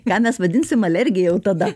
ką mes vadinsim alergija jau tada